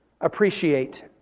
Appreciate